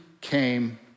came